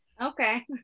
Okay